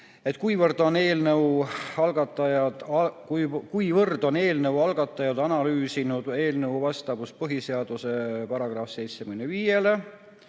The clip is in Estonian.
kuivõrd on eelnõu algatajad analüüsinud eelnõu vastavust põhiseaduse §‑le 75.